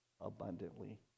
abundantly